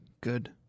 Good